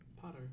Potter